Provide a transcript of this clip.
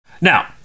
Now